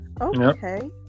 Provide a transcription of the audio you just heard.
Okay